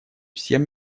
всем